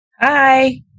Hi